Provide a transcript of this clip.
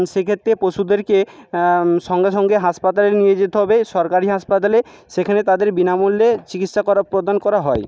সে ক্ষেত্রে পশুদেরকে সঙ্গে সঙ্গে হাসপাতালে নিয়ে যেতে হবে সরকারি হাসপাতালে সেখানে তাদের বিনামূল্যে চিকিৎসা করা প্রদান করা হয়